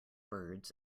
birds